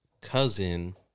cousin